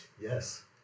Yes